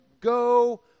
go